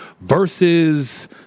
versus